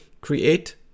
create